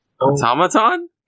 Automaton